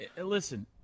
Listen